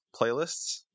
playlists